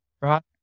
Right